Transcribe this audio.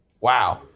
wow